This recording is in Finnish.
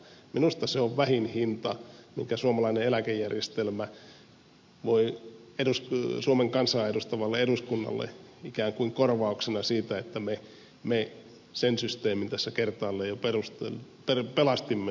minusta se on vähin hinta minkä suomalaisen eläkejärjestelmän pitäisi maksaa suomen kansaa edustavalle eduskunnalle ikään kuin korvauksena siitä että me sen systeemin tässä kertaalleen jo pelastimme